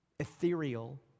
ethereal